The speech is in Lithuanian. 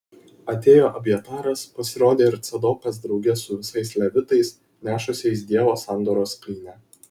atėjo abjataras pasirodė ir cadokas drauge su visais levitais nešusiais dievo sandoros skrynią